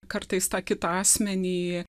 kartais tą kitą asmenį